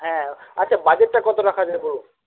হ্যাঁ আচ্ছা বাজেটটা কত রাখা যায় বলুন